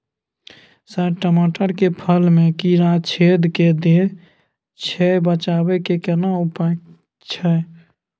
Sir टमाटर के फल में कीरा छेद के दैय छैय बचाबै के केना उपाय छैय?